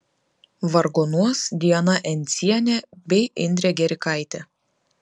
vargonuos diana encienė bei indrė gerikaitė